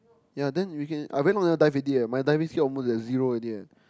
ya then in weekend I went on a dive already eh my diving skill almost at zero already eh